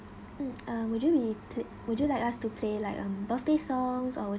mm uh would you p~ be would you like us to play like um birthday songs or